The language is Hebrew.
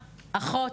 אחות,